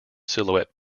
silhouette